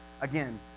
again